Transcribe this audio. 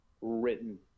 written